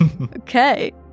Okay